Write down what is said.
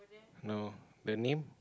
no the name